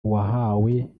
uwahawe